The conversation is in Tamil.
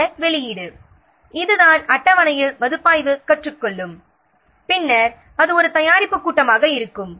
பின்னர் வெளியீடு இதுதான் அட்டவணையில் மதிப்பாய்வு கற்றுக் கொள்ளும் பின்னர் அது ஒரு தயாரிப்புக் கூட்டமாக இருக்கும்